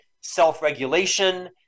self-regulation